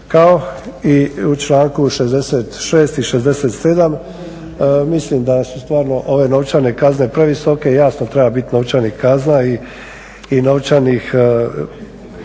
Kao i u članku 66. i 67. mislim da su stvarno ove novčane kazne previsoke, jasno treba biti novčanih kazna i novčanih